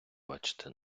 бачити